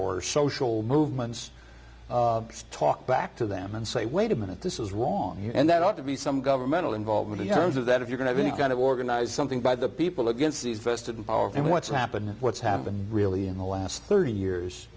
or social movements talk back to them and say wait a minute this is wrong and that ought to be some governmental involvement in terms of that if you're going to be kind of organized something by the people against these vested in power and what's happened what's happened really in the last thirty years